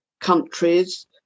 countries